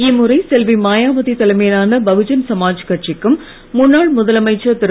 இம்முறை செல்வி மாயாவதி தலைமையிலான பகுஜன் சாமாஜ் கட்சிக்கும் முன்னாள் முதலமைச்சர் திரு